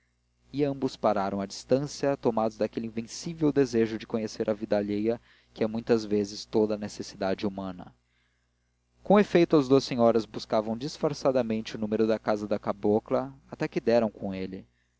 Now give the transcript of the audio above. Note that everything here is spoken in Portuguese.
e ambos pararam a distância tomados daquele invencível desejo de conhecer a vida alheia que é muita vez toda a necessidade humana com efeito as duas senhoras buscavam disfarçadamente o número da casa da cabocla até que deram com ele